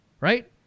Right